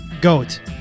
Goat